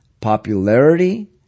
popularity